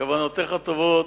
כוונותיך טובות.